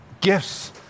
Gifts